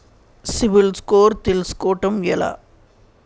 CIBIL score తెల్సుకోటం ఎలా?